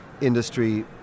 industry